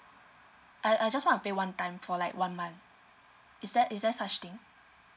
I I just wanna pay one time for like one month is that is there such thing